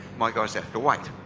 my guys have to wait.